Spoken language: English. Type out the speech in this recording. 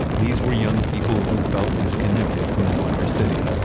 these were young people who felt disconnected from the wider city,